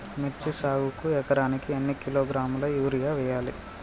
మిర్చి సాగుకు ఎకరానికి ఎన్ని కిలోగ్రాముల యూరియా వేయాలి?